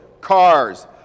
cars